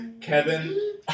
Kevin